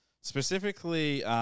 specifically